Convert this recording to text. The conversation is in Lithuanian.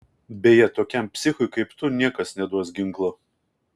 beje tokiam psichui kaip tu niekas neduos ginklo